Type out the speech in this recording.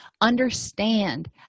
understand